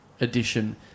edition